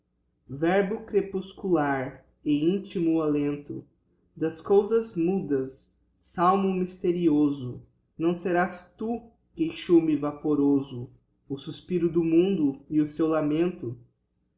verbo crepuscular e intimo alento das cousas mudas psalmo mysterioso não serás tu queixume vaporoso o suspiro do mundo e o seu lamento